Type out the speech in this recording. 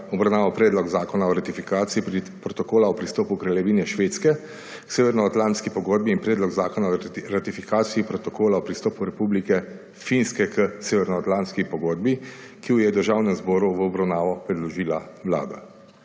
obravnaval Predlog zakona o ratifikaciji Protokola o pristopu Kraljevine Švedske k Severnoatlantski pogodbi in Predlog zakona o ratifikaciji Protokola o pristopu Republike Finske k Severnoatlantski pogodbi, ki ju je v Državnem zboru v obravnavo predložila Vlada.